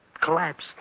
collapsed